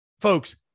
Folks